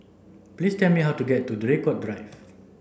please tell me how to get to Draycott Drive